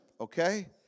okay